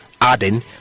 adding